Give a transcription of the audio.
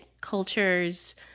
cultures